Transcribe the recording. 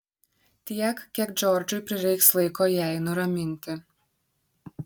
tiek kiek džordžui prireiks laiko jai nuraminti